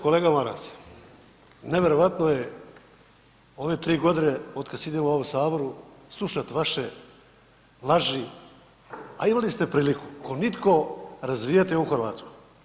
Kolega Maras, nevjerojatno je ove 3 godine otkad sjedim u ovom Saboru slušati vaše laži a imali ste priliku kao nitko razvijati ovu Hrvatsku.